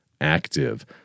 active